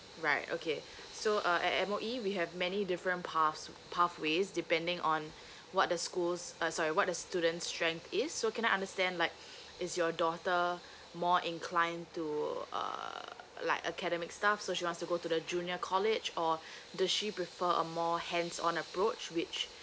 right okay so uh at M_O_E we have many different paths pathways depending on what the schools uh sorry what the student strength is so can I understand like is your daughter more inclined to uh like academic stuff so she wants to go to the junior college or does she prefer a more hands on approach which